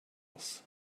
else